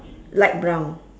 light brown